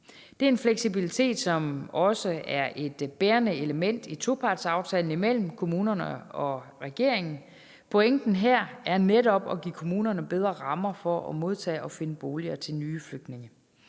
Det er en fleksibilitet, som også er et bærende element i topartsaftalen imellem kommunerne og regeringen. Pointen her er netop at give kommunerne bedre rammer for at modtage og finde boliger til nye flygtninge.